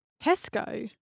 Tesco